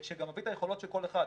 שגם מביא את היכולות של כל אחד,